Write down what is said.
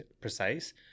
precise